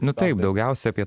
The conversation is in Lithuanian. nu taip daugiausia apie